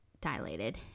dilated